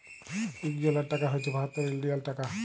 ইক ডলার টাকা হছে বাহাত্তর ইলডিয়াল টাকা